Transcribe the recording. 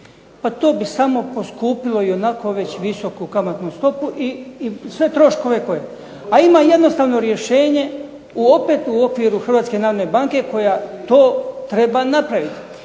Pa to bi samo poskupilo ionako već visoku kamatnu stopu i sve troškove. A ima jednostavno rješenje opet u okviru Hrvatske narodne banke koja to treba napraviti